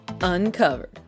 Uncovered